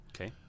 Okay